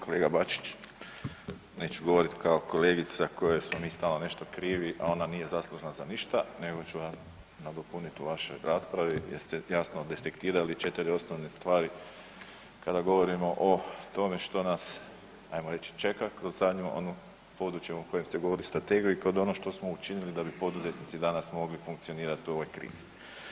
Kolega Bačić, neću govoriti kao kolegica kojoj smo mi stalno nešto krivi, a ona nije zaslužna za ništa nego ću vas nadopuniti u vašoj raspravi jer ste jasno detektirali četiri osnovne stvari kada govorimo o tome što nas ajmo reći čeka kroz zadnju ono područje o kojem ste govorili strategiju i ono što smo učinili da bi poduzetnici danas mogli funkcionirat u ovoj krizi.